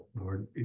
Lord